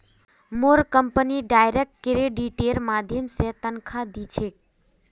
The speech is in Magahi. मोर कंपनी डायरेक्ट क्रेडिटेर माध्यम स तनख़ा दी छेक